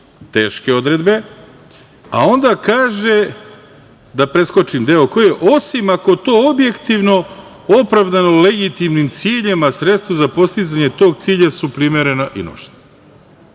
teške odredbe. Onda kaže, da preskočim deo – osim ako to objektivno, opravdano, legitimnim ciljem, a sredstva za postizanje tog cilja su primerena i